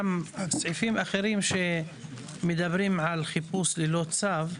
גם על סעיפים אחרים שמדברים על חיפוש ללא צו,